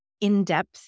in-depth